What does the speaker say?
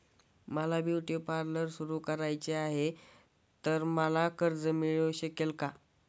मला beauty parlour सुरू करायचे आहे तर मला कर्ज मिळू शकेल का?